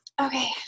Okay